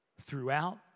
throughout